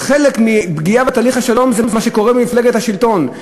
חלק מפגיעה בתהליך השלום זה מה שקורה במפלגת השלטון.